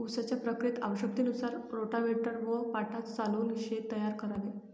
उसाच्या प्रक्रियेत आवश्यकतेनुसार रोटाव्हेटर व पाटा चालवून शेत तयार करावे